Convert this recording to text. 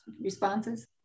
responses